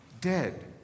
dead